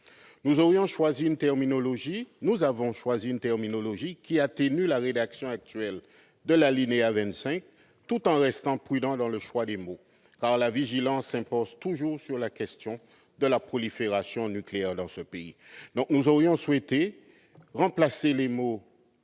Nous avons choisi une terminologie qui atténue la rédaction actuelle de l'alinéa 25, tout en restant prudents dans le choix des mots, car la vigilance s'impose toujours sur la question de la prolifération nucléaire dans ce pays.